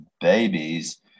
babies